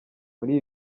muri